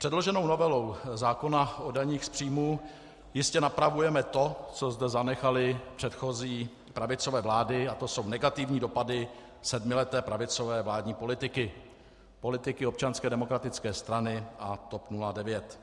Předloženou novelou zákona o daních z příjmů jistě napravujeme to, co zde zanechaly předchozí pravicové vlády, a to jsou negativní dopady sedmileté pravicové vládní politiky, politiky Občanské demokratické strany a TOP 09.